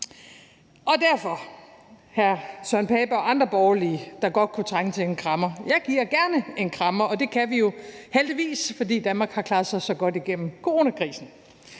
Og derfor, hr. Søren Pape Poulsen og andre borgerlige, der godt kunne trænge til en krammer, giver jeg gerne en krammer, og det kan vi jo heldigvis, fordi Danmark har klaret sig så godt igennem coronakrisen.